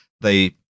they-